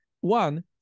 one